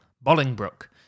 Bolingbroke